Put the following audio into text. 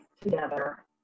together